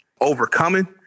overcoming